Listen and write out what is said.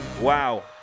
Wow